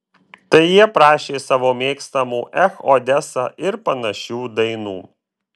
tai jie prašė savo mėgstamų ech odesa ir panašių dainų